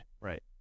Right